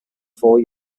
four